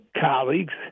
colleagues